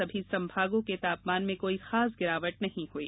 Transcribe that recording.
सभी संभागों के तापमान में कोई खास गिरावट नहीं हई